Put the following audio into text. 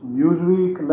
Newsweek